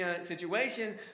situation